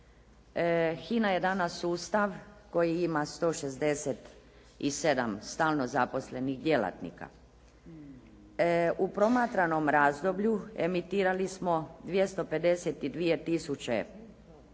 HINA je danas sustav koji ima 167 stalno zaposlenih djelatnika. U promatranom razdoblju emitirali smo 252 tisuće vijesti,